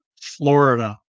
Florida